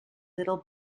little